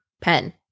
pen